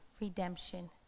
redemption